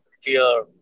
fear